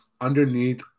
underneath